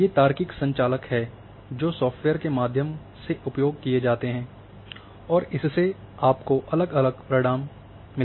ये तार्किक संचालक हैं जो सॉफ्टवेयर के माध्यम से उपयोग किए जाते हैं और इससे आपको अलग अलग परिणाम मिलते हैं